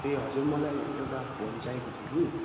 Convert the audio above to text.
ए हजुर मलाई एउटा फोन चाहिएको थियो कि